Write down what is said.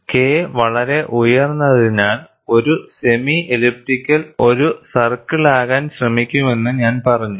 K വളരെ ഉയർന്നതിനാൽ ഒരു സെമി എലിപ്റ്റിക്കൽ ഫ്ലോ ഒരു സർക്കിളാകാൻ ശ്രമിക്കുമെന്ന് ഞാൻ പറഞ്ഞു